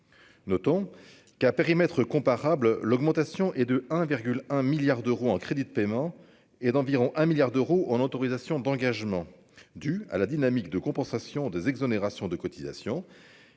notons qu'à périmètre comparable, l'augmentation est de 1,1 milliard d'euros en crédits de paiement est d'environ un milliard d'euros en autorisations d'engagement du à la dynamique de compensation des exonérations de cotisations